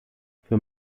für